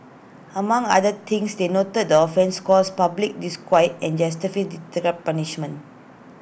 among other things they noted the offence caused public disquiet and justified deterrent punishment